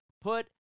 put